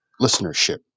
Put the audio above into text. listenership